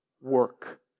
work